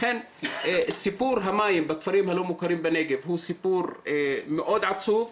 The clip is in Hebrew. לכן סיפור המים בכפרים הלא מוכרים בנגב הוא סיפור מאוד עצוב,